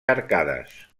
arcades